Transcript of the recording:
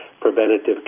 preventative